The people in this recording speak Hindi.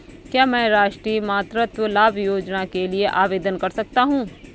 क्या मैं राष्ट्रीय मातृत्व लाभ योजना के लिए आवेदन कर सकता हूँ?